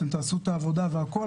אתם תעשו את העבודה והכול,